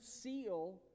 seal